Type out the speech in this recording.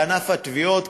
בענף התביעות,